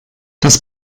das